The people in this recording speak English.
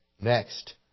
next